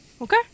Okay